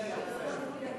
הם מבקשים, אני מכבד אותם.